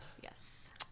Yes